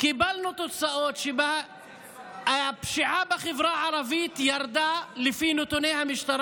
על פי נתוני המשטרה הפשיעה בחברה הערבית ירדה ב-17%.